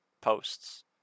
posts